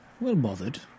well-bothered